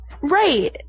Right